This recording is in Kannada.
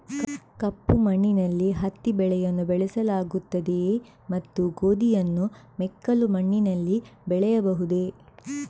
ಕಪ್ಪು ಮಣ್ಣಿನಲ್ಲಿ ಹತ್ತಿ ಬೆಳೆಯನ್ನು ಬೆಳೆಸಲಾಗುತ್ತದೆಯೇ ಮತ್ತು ಗೋಧಿಯನ್ನು ಮೆಕ್ಕಲು ಮಣ್ಣಿನಲ್ಲಿ ಬೆಳೆಯಬಹುದೇ?